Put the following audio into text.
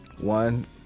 One